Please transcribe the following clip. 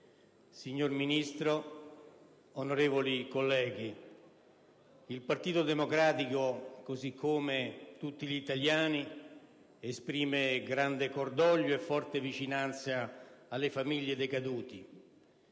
signor Ministro, onorevoli colleghi, il Partito Democratico, come tutti gli italiani, esprime grande cordoglio e forte vicinanza alle famiglie dei caduti,